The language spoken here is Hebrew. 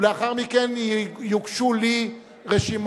ולאחר מכן יוגשו לי הרשימות.